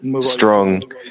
Strong